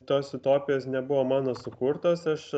tos utopijos nebuvo mano sukurtos aš